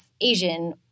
Asian